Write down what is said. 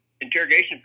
interrogation